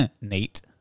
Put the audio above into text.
Nate